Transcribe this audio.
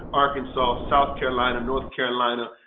arkansas, south carolina, north carolina,